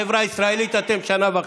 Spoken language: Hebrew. ללכת לבקר את אימא שלו,